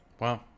Wow